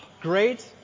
great